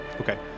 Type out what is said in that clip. Okay